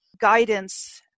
guidance